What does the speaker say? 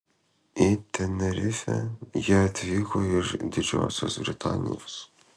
į tenerifę jie atvyko iš didžiosios britanijos